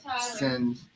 send